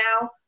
now